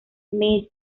made